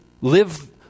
live